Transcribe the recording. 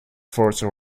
force